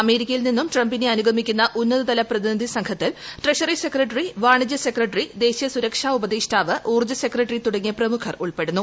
അമേരിക്കയിൽ നിന്നും ട്രംപിനെ അനുഗമിക്കുന്ന ഉന്നതതല പ്രതിനിധി സംഘത്തിൽ ട്രഷറി സെക്രട്ടറി വാണിജ്യ സെക്രട്ടറി ദേശീയ സുരക്ഷാ ഉപദേഷ്ടാവ് ഊർജ്ജ സെക്രട്ടറി തുടങ്ങിയ പ്രമുഖർ ഉൾപ്പെടുന്നു